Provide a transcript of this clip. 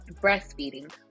breastfeeding